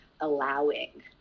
allowing